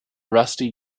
rusty